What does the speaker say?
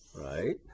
right